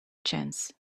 chance